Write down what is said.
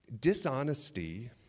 Dishonesty